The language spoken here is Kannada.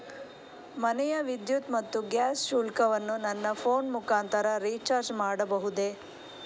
ಮನೆಯ ವಿದ್ಯುತ್ ಮತ್ತು ಗ್ಯಾಸ್ ಶುಲ್ಕವನ್ನು ನನ್ನ ಫೋನ್ ಮುಖಾಂತರ ರಿಚಾರ್ಜ್ ಮಾಡಬಹುದೇ?